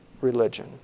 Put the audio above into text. religion